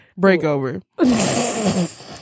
Breakover